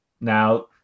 Now